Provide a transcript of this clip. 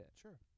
sure